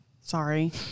Sorry